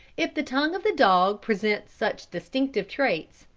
if the tongue of the dog present such distinctive traits,